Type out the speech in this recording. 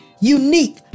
unique